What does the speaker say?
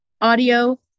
audio